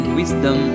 wisdom